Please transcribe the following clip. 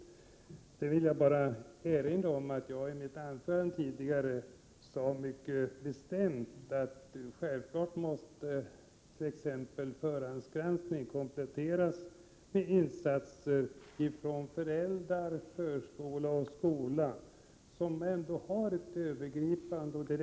Sedan vill jag bara erinra om att jag i mitt tidigare anförande sade mycket bestämt att självfallet måste förhandsgranskningen kompletteras med insat ser från föräldrar, förskola och skola, som ändå har ett övergripande och Prot.